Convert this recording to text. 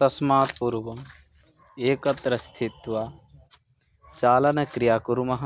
तस्मात् पूर्वम् एकत्र स्थित्वा चालनक्रिया कुर्मः